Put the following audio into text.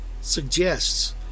suggests